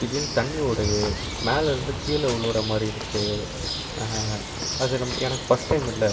திடீர்னு தண்ணி ஓடுது மேலேருந்து கீழே உழுவுற மாதிரி இருக்குது அது நமக்கு எனக்கு ஃபஸ்ட் டைமுல